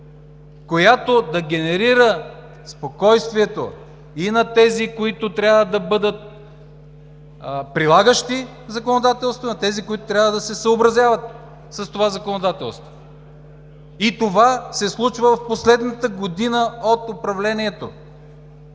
която да генерира спокойствието и на тези, които трябва да бъдат прилагащи законодателството, и на тези, които трябва да се съобразяват с това законодателство, и това се случва в последната година от управлението.